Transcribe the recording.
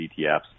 ETFs